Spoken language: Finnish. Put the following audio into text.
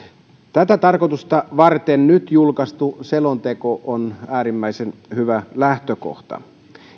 tätä tarkoitusta varten nyt julkaistu selonteko on äärimmäisen hyvä lähtökohta